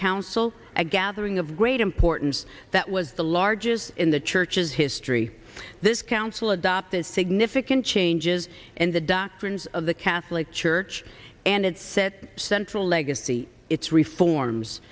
council a gathering of great importance that was the largest in the church's history this council adopted significant changes in the doctrines of the catholic church and its set central legacy its reforms